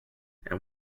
and